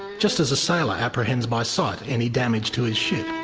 just as a sailor apprehends by sight any damage to his ship.